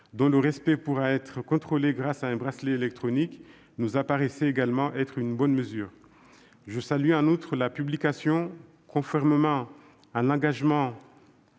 dont le respect pourra être contrôlé grâce à un bracelet électronique, nous apparaissait également comme une bonne mesure. Je salue en outre l'adoption le 3 juillet dernier, conformément à l'engagement